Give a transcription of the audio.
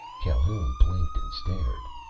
calhoun blinked and stared.